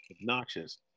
obnoxious